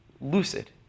lucid